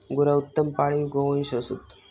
गुरा उत्तम पाळीव गोवंश असत